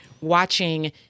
watching